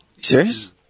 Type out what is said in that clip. serious